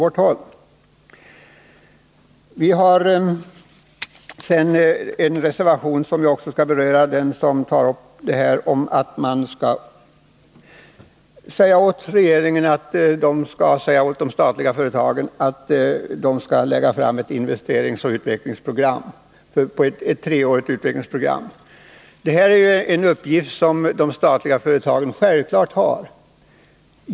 Jag skall också beröra den reservation i vilken det yrkas att riksdagen skall ge regeringen till känna att den skall uppdra åt de statliga företagen att de skall lägga fram ett investeringsoch utvecklingsprogram. Det här är ju en uppgift som de statliga företagen självfallet har.